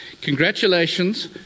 Congratulations